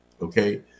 okay